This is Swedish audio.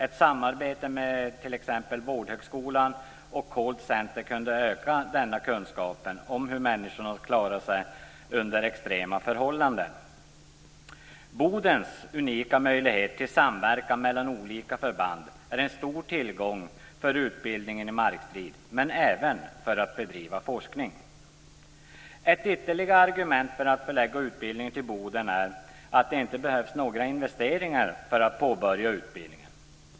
Ett samarbete med t.ex. Vårdhögskolan och Cold Center kunde öka kunskapen om hur människor skall klara sig under extrema förhållanden. Bodens unika möjligheter till samverkan mellan olika förband är en stor tillgång för utbildning i markstrid, men även för att bedriva forskning. Ett ytterligare argument för att förlägga utbildningen till Boden är att det inte behövs några investeringar för att påbörja utbildningen.